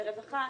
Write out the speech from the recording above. לרווחה,